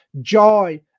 joy